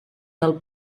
del